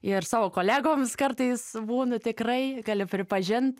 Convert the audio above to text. ir savo kolegoms kartais būnu tikrai galiu pripažint